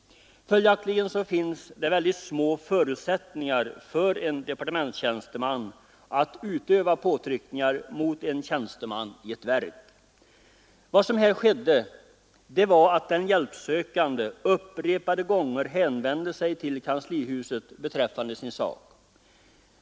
Följaktligen finns det väldigt små förutsättningar för en departementstjänsteman att utöva påtryckningar mot en tjänsteman i ett verk. Vad som här skedde var att den hjälpsökande upprepade gånger hänvände sig till kanslihuset beträffande sin sak.